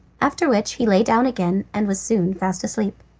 after which he lay down again and was soon fast asleep.